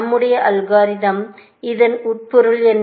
நம்முடைய அல்காரிதம்ஸில் இதன் உட்பொருள் என்ன